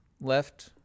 left